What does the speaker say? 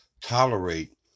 tolerate